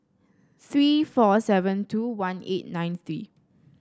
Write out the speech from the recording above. three four seven two one eight nine three